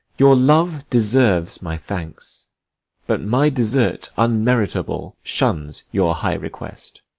your love deserves my thanks but my desert unmeritable shuns your high request.